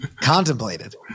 contemplated